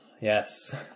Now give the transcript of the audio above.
Yes